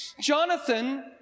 Jonathan